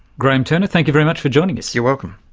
graeme turner, thank you very much for joining us. you're welcome.